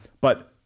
but-